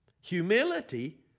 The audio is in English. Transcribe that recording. Humility